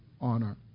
honor